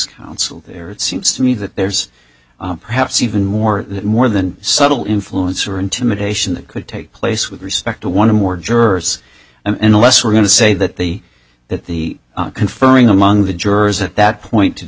counsel there it seems to me that there's perhaps even more more than subtle influence or intimidation that could take place with respect to one of more jurors and less we're going to say that the that the conferring among the jurors at that point to